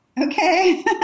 Okay